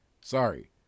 Sorry